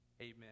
Amen